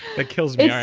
that kills me.